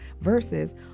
versus